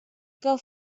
que